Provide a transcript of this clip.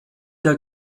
der